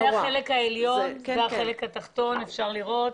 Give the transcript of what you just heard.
זה החלק העליון, זה החלק התחתון, אפשר לראות.